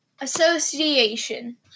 Association